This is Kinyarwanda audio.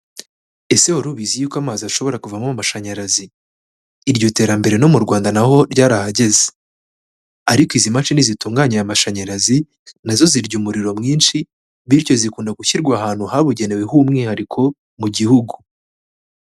Ese wari ubizi yuko amazi ashobora kuvamo amashanyarazi? Iryo terambere no mu Rwanda na ho ryarahageze. Ariko izi mashini zitunganya aya mashanyarazi na zo zirya umuriro mwinshi, bityo zikunda gushyirwa ahantu habugenewe h'umwihariko mu gihugu.